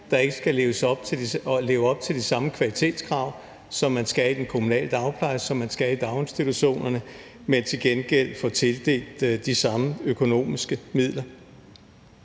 der ikke skal leve op til de samme kvalitetskrav, som man skal i den kommunale dagpleje, og som man skal i daginstitutionerne, men til gengæld får tildelt de samme økonomiske midler.